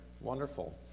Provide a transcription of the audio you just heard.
Wonderful